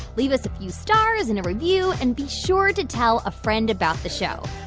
leave us a few stars and a review and be sure to tell a friend about the show.